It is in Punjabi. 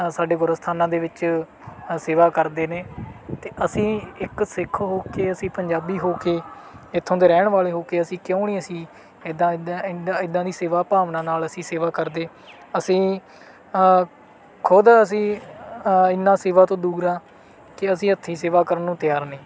ਸਾਡੇ ਗੁਰ ਅਸਥਾਨਾਂ ਦੇ ਵਿੱਚ ਸੇਵਾ ਕਰਦੇ ਨੇ ਅਤੇ ਅਸੀਂ ਇੱਕ ਸਿੱਖ ਹੋ ਕੇ ਅਸੀਂ ਪੰਜਾਬੀ ਹੋ ਕੇ ਇੱਥੋਂ ਦੇ ਰਹਿਣ ਵਾਲੇ ਹੋ ਕੇ ਅਸੀਂ ਕਿਓਂ ਨਹੀਂ ਅਸੀਂ ਇੱਦਾਂ ਇੱਦਾਂ ਇੱਦਾਂ ਇੱਦਾਂ ਦੀ ਸੇਵਾ ਭਾਵਨਾ ਨਾਲ ਅਸੀਂ ਸੇਵਾ ਕਰਦੇ ਅਸੀਂ ਖੁਦ ਅਸੀਂ ਇੰਨਾਂ ਸੇਵਾ ਤੋਂ ਦੂਰ ਹਾਂ ਕਿ ਅਸੀਂ ਹੱਥੀਂ ਸੇਵਾ ਕਰਨ ਨੂੰ ਤਿਆਰ ਨਹੀਂ